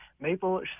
maple